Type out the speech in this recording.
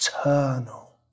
eternal